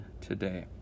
today